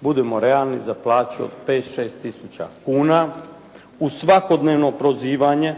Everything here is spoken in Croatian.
budimo realni za plaću 5, 6 tisuća kuna, uz svakodnevno prozivanje,